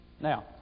Now